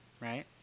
Right